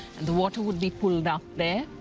the water would be pulled up.